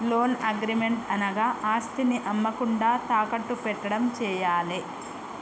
loan agreement అనగా ఆస్తిని అమ్మకుండా తాకట్టు పెట్టడం చేయాలే